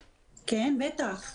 כן, בטח.